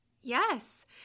Yes